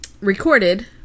recorded